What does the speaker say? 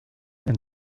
and